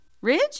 Ridge